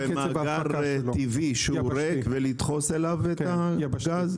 כמו מאגר טבעי שהוא ריק ולדחוס אליו את הגז?